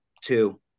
two